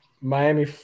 Miami